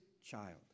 child